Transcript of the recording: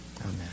amen